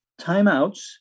timeouts